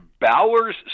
Bower's